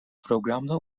programda